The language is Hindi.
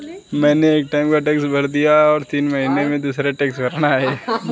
मैंने एक टाइम का टैक्स भर दिया है, और हर तीन महीने में दूसरे टैक्स भरना है